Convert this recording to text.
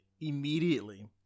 immediately